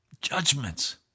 Judgments